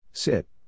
Sit